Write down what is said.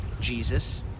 Jesus